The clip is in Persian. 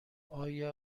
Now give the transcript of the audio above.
آیا